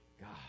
God